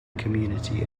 community